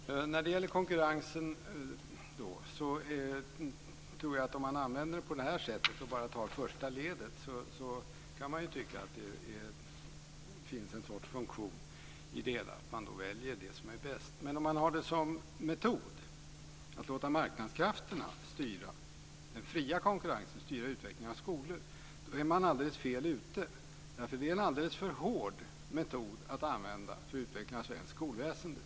Herr talman! När det gäller konkurrensen kan man, om man bara tar första ledet, tycka att den har en funktion, idén att man väljer det som är bäst. Men om man har det som metod att låta marknadskrafterna styra den fria konkurrensen, styra utvecklingen av skolor, då är man alldeles fel ute. Det är en alldeles för hård metod att använda för att utveckla svenskt skolväsende.